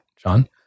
John